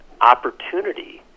opportunity